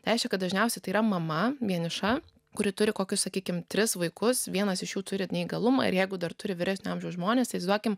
reiškia kad dažniausiai tai yra mama vieniša kuri turi kokius sakykime tris vaikus vienas iš jų turi neįgalumą ir jeigu dar turi vyresnio amžiaus žmones vaizduokime